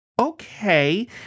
Okay